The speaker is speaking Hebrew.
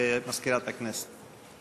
למזכירת הכנסת.